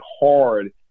hard